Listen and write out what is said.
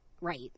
Right